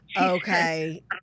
okay